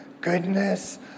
goodness